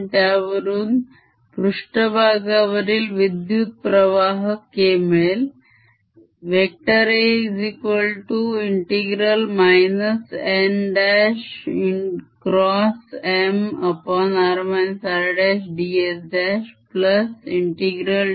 आणि त्यावरून पृष्ठभागावरील विद्युत प्रवाह K मिळेल